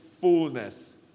fullness